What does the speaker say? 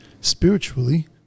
spiritually